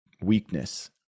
weakness